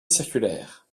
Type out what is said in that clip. circulaire